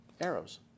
Arrows